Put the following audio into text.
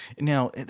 Now